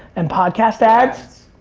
and podcast ads,